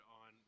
on